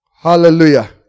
Hallelujah